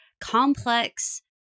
complex